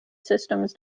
systems